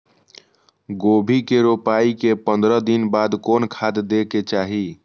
गोभी के रोपाई के पंद्रह दिन बाद कोन खाद दे के चाही?